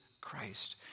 Christ